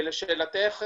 לשאלתך,